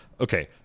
okay